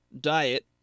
diet